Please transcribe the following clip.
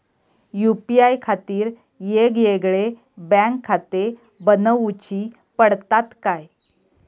UPI खातीर येगयेगळे बँकखाते बनऊची पडतात काय?